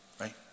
Right